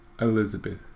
Elizabeth